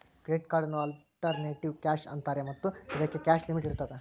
credit ಕಾರ್ಡನ್ನು alternative cash ಅಂತಾರೆ ಮತ್ತು ಇದಕ್ಕೆ ಕ್ಯಾಶ್ ಲಿಮಿಟ್ ಇರ್ತದ